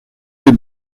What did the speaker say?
les